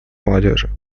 молодежи